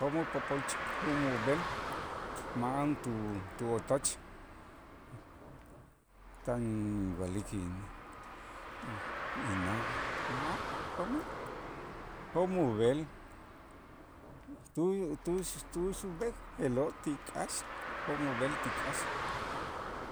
jo'mo' popolxik' jun ub'el ma'an tu tu otoch tan inwa'lik in- inna' ma'an jo'mij jo' ub'el tuy tux tu'ux ub'el je'lo' ti k'aax jo' ub'el ti k'aax,